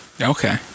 Okay